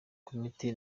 komite